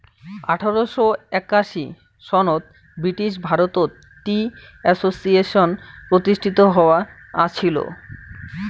আঠারোশ একাশি সনত ব্রিটিশ ভারতত টি অ্যাসোসিয়েশন প্রতিষ্ঠিত হয়া আছিল